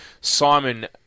Simon